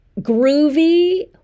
groovy